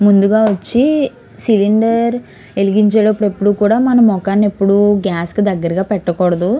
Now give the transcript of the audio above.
ముందుగా వచ్చి సిలిండర్ వెలిగించేటప్పుడు ఎప్పుడు కూడా మనం ముఖాన్ని ఎప్పుడూ కూడా గ్యాస్కి దగ్గరగా పెట్టకూడదు